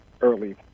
early